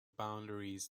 boundaries